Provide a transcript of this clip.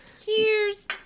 Cheers